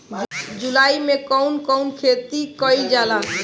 जुलाई मे कउन कउन खेती कईल जाला?